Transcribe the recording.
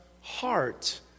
heart